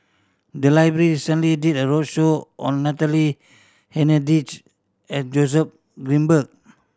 the library recently did a roadshow on Natalie Hennedige and Joseph Grimberg